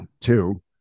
Two